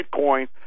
Bitcoin